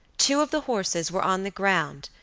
two of the horses were on the ground,